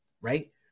right